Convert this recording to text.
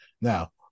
Now